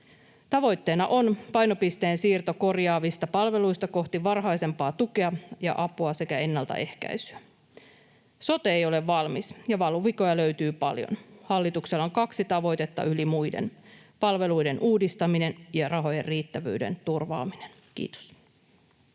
Tavoitteena on painopisteen siirto korjaavista palveluista kohti varhaisempaa tukea ja apua sekä ennaltaehkäisyä. Sote ei ole valmis, ja valuvikoja löytyy paljon. Hallituksella on kaksi tavoitetta yli muiden: palveluiden uudistaminen ja rahojen riittävyyden turvaaminen. — Kiitos.